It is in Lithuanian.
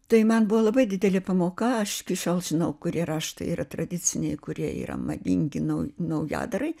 tai man buvo labai didelė pamoka aš iki šiol žinau kurie raštai yra tradiciniai kurie yra madingi nau naujadarai